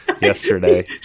yesterday